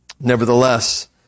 Nevertheless